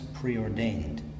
preordained